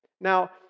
Now